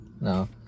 No